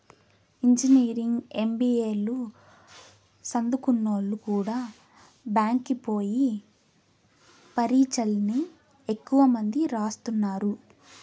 engineering, MBA లు సదుంకున్నోల్లు కూడా బ్యాంకి పీ.వో పరీచ్చల్ని ఎక్కువ మంది రాస్తున్నారు